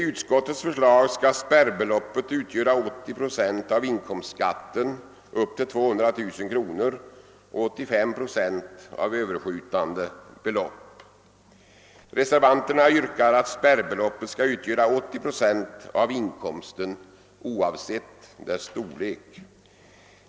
yrkar att spärrbeloppet skall utgöra 80 procent av inkomsten oavsett dess storlek.